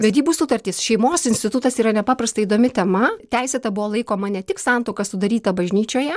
vedybų sutartys šeimos institutas yra nepaprastai įdomi tema teisėta buvo laikoma ne tik santuoka sudaryta bažnyčioje